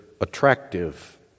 attractive